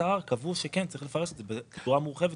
ערר קבעו שצריך לפרש את זה בצורה מורחבת.